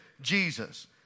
Jesus